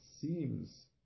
seems